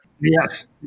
yes